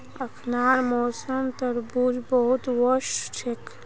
अखनार मौसमत तरबूज बहुत वोस छेक